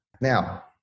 Now